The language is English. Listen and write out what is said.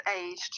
aged